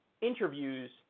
interviews